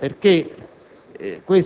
sulla base di una logica perequativa. Infatti,